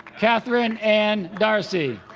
catherine ann darcey